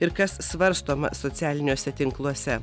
ir kas svarstoma socialiniuose tinkluose